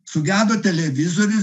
sugedo televizorius